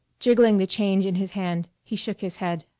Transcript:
jingling the change in his hand he shook his head.